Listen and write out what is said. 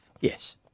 Yes